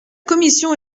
commission